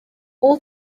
all